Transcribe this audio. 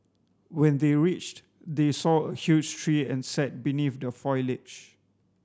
when they reached they saw a huge tree and sat beneath the foliage